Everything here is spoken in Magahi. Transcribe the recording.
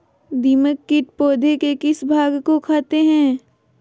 दीमक किट पौधे के किस भाग को खाते हैं?